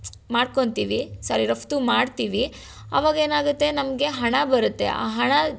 ಮಾಡ್ಕೊತೀವಿ ಸಾರಿ ರಫ್ತು ಮಾಡ್ತೀವಿ ಆವಾಗ ಏನಾಗುತ್ತೆ ನಮಗೆ ಹಣ ಬರುತ್ತೆ ಆ ಹಣ